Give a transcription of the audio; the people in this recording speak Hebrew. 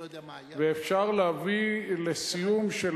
ואפשר להביא לסיום,